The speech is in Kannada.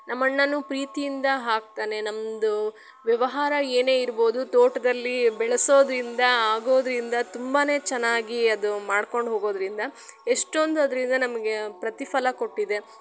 ನಮ್ಮಣ್ಣನೂ ಪ್ರೀತಿಯಿಂದ ಹಾಕ್ತಾನೆ ನಮ್ಮದು ವ್ಯವಹಾರ ಏನೇ ಇರ್ಬೋದು ತೋಟದಲ್ಲಿ ಬೆಳೆಸೋದರಿಂದ ಆಗೋದರಿಂದ ತುಂಬಾ ಚೆನ್ನಾಗಿ ಅದು ಮಾಡ್ಕೊಂಡು ಹೋಗೋದರಿಂದ ಎಷ್ಟೊಂದ್ ಅದರಿಂದ ನಮಗೆ ಪ್ರತಿಫಲ ಕೊಟ್ಟಿದೆ